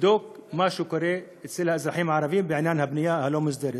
תבדוק מה שקורה אצל האזרחים הערבים בעניין הבנייה הלא-מוסדרת,